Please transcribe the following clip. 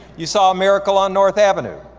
you saw a miracle on north avenue.